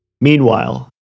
Meanwhile